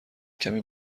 کمی